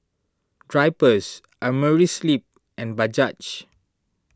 Drypers Amerisleep and Bajaj